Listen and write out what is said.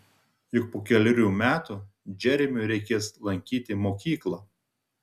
juk po kelerių metų džeremiui reikės lankyti mokyklą